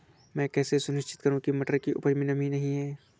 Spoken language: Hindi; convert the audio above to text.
मैं कैसे सुनिश्चित करूँ की मटर की उपज में नमी नहीं है?